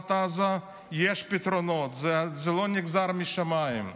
רצועת עזה יש פתרונות, זה לא נגזר משמיים.